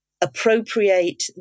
appropriate